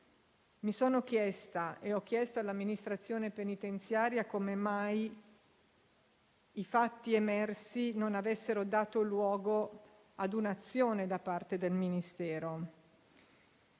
Mi sono chiesta e ho chiesto all'amministrazione penitenziaria come mai i fatti emersi non avessero dato luogo a un'azione da parte del Ministero.